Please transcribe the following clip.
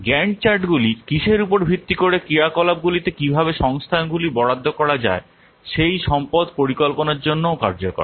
Gantt চার্টগুলি কীসের উপর ভিত্তি করে ক্রিয়াকলাপগুলিতে কীভাবে সংস্থানগুলি বরাদ্দ করা যায় সেই সম্পদ পরিকল্পনার জন্যও কার্যকর